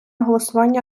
голосування